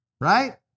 Right